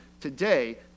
Today